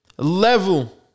level